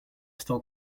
still